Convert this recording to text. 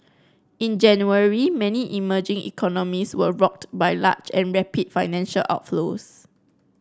in January many emerging economies were rocked by large and rapid financial outflows